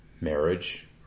marriage